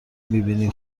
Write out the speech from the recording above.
میبینی